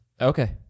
Okay